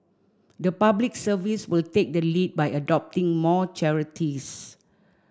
the Public Service will take the lead by adopting more charities